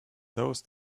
those